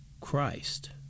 Christ